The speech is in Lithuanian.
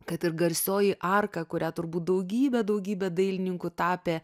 kad ir garsioji arka kurią turbūt daugybę daugybę dailininkų tapė